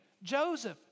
Joseph